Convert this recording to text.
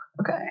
Okay